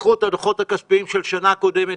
ייקחו את הדוחות הכספיים של שנה קודמת